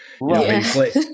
right